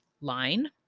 line